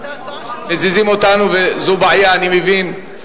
מזיזים אותנו, זו בעיה, אני מבין.